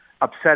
upset